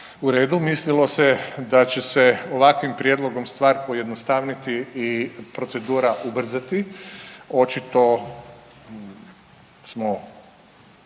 U redu, mislilo se da će se ovakvim prijedlogom stvar pojednostavniti i procedura ubrzati. Očito smo